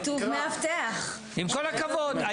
עם כל הכבוד,